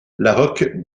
laroque